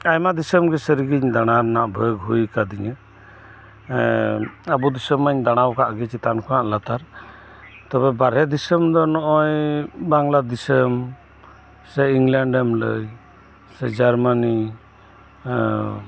ᱟᱭᱢᱟ ᱫᱤᱥᱟᱹᱢ ᱜᱮ ᱥᱟᱹᱨᱤᱜᱤᱧ ᱫᱟᱲᱟᱱᱟ ᱵᱷᱟᱜ ᱦᱩᱭ ᱟᱠᱟᱫᱤᱧᱟᱹ ᱟᱵᱩ ᱫᱤᱥᱟᱹᱢ ᱢᱟᱧ ᱫᱟᱬᱟ ᱟᱠᱟᱫᱜᱤ ᱪᱮᱛᱟᱱ ᱠᱷᱚᱱᱟᱜ ᱞᱟᱛᱟᱨ ᱛᱚᱵᱮ ᱵᱟᱨᱦᱮ ᱫᱤᱥᱟᱹᱢ ᱫᱚ ᱱᱚᱜᱚᱭ ᱵᱟᱝᱞᱟ ᱫᱤᱥᱟᱹᱢ ᱥᱮ ᱤᱝᱞᱮᱱᱰ ᱮᱢ ᱞᱟᱹᱭ ᱥᱮ ᱡᱟᱨᱢᱟᱱᱤ